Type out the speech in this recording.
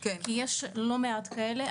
כי יש לא מעט כאלה.